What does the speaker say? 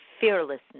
fearlessness